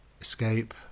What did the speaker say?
escape